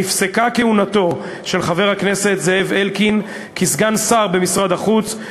נפסקה כהונתו של חבר הכנסת זאב אלקין כסגן שר במשרד החוץ,